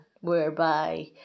whereby